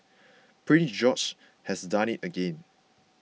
Prince George has done it again